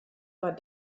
war